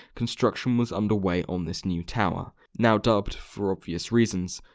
construction was underway on this new tower, now dubbed, for obvious reasons.